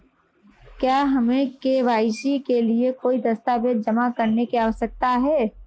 क्या हमें के.वाई.सी के लिए कोई दस्तावेज़ जमा करने की आवश्यकता है?